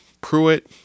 Pruitt